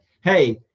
hey